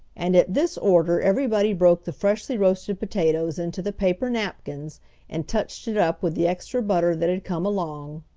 and at this order everybody broke the freshly roasted potatoes into the paper napkins and touched it up with the extra butter that had come along.